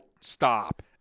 stop